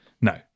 No